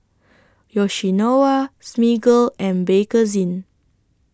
Yoshinoya Smiggle and Bakerzin